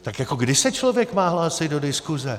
Tak jako kdy se člověk má hlásit do diskuse?